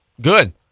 Good